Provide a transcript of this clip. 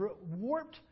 warped